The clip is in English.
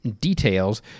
details